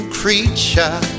creature